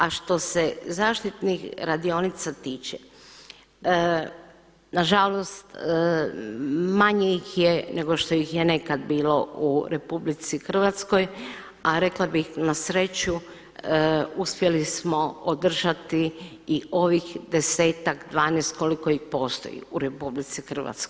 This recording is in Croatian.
A što se zaštitnih radionica tiče, nažalost manje ih je nego što ih je nekad bilo u RH a rekla bih na sreću uspjeli smo održati i ovih 10-ak, 12, koliko ih postoji u RH.